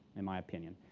in my opinion.